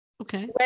Okay